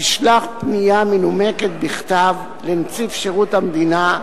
תשלח פנייה מנומקת בכתב לנציב שירות המדינה,